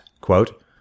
quote